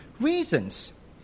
reasons